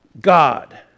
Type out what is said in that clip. God